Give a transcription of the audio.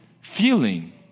feeling